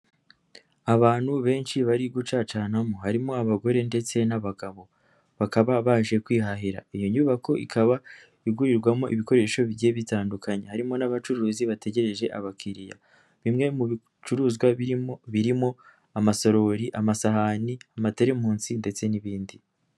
Abantu benshi bari gucacanamo harimo abagore ndetse n'abagabo, bakaba baje kwihahira, iyo nyubako ikaba igurirwamo ibikoresho bigiye bitandukanye, harimo n'abacuruzi bategereje abakiriya, bimwe mu bicuruzwa birimo birimo amasarori, amasahani, amaterimusi ndetse n'ibindi.